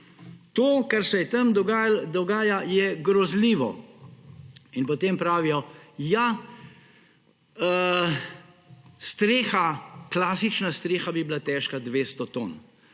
To, kar se tam dogaja, je grozljivo. In potem pravijo, ja, streha, klasična streha bi bila težka 200 ton.